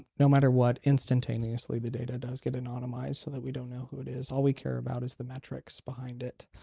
no matter what instantaneously the data does get anonymized so that we don't know who it is. all we care about is the metrics behind it.